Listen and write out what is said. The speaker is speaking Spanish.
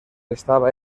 estaba